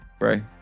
Right